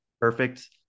perfect